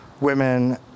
women